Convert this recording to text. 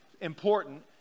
important